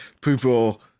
people